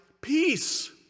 peace